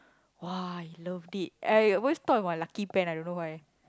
!wah! I loved it I always thought of my lucky pen I don't know why